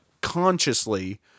consciously